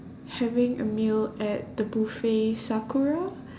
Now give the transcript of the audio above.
having a meal at the buffet sakura